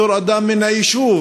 בתור אדם מהיישוב,